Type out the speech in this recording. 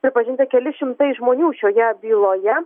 pripažinti keli šimtai žmonių šioje byloje